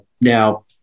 Now